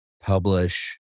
publish